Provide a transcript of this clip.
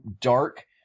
dark